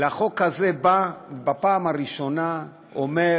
אלא החוק הזה בא בפעם הראשונה ואומר: